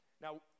Now